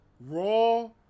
Raw